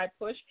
iPush